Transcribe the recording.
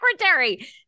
secretary